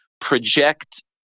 project